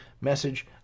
message